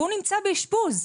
והוא נמצא באשפוז.